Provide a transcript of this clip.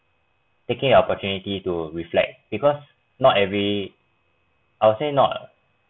taking the opportunity to reflect because not every I'll say not